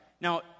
now